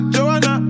Joanna